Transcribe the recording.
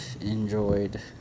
enjoyed